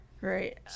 right